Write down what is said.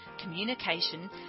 communication